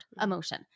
emotion